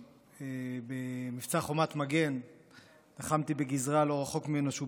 במבצע חומת מגן לחמתי בגזרה שהוא פיקד עליה לא רחוק ממנו,